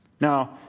Now